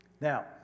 Now